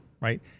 Right